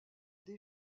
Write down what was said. des